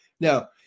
Now